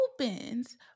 opens